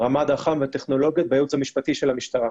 רמ"ד אח"מ וטכנולוגיות, הייעוץ המשפטי של המשטרה.